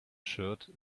shirt